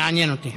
מעניין אותי.